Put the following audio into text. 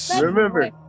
Remember